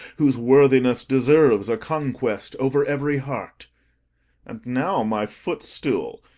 whose worthiness deserves a conquest over every heart and now, my footstool,